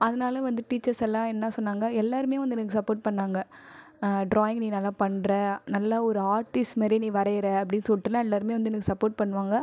அதனால் வந்து டீச்சர்ஸ் எல்லா என்ன சொன்னாங்க எல்லாருமே வந்து எனக்கு சப்போர்ட் பண்ணாங்க ட்ராயிங் நீ நல்லா பண்ணுற நல்லா ஒரு ஆர்ட்டிஸ்மாரி நீ வரையற அப்படின்னு சொல்லிட்டு எல்லாருமே வந்து எனக்கு சப்போர்ட் பண்ணுவாங்க